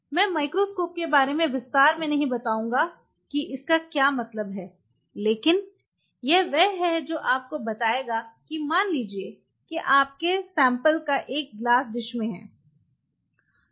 मैं माइक्रोस्कोप के बारे में विस्तार में नहीं बताऊंगा कि इसका क्या मतलब है लेकिन यह वह है जो आपको बताएगा कि मान लीजिए कि आपके नमूने एक ग्लास डिश में हैं